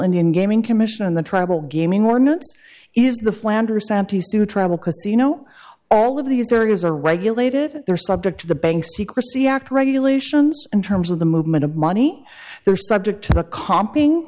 indian gaming commission and the tribal gaming ordinance is the flanders auntie sue travel casino all of these areas are regulated they are subject to the bank secrecy act regulations in terms of the movement of money they're subject to the comping